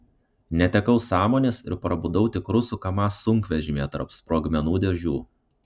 netekau sąmonės ir prabudau tik rusų kamaz sunkvežimyje tarp sprogmenų dėžių